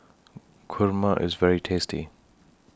Kurma IS very tasty